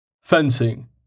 Fencing